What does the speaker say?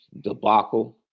debacle